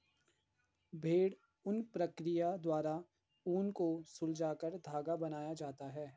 भेड़ ऊन प्रक्रिया द्वारा ऊन को सुलझाकर धागा बनाया जाता है